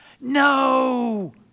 No